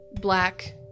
black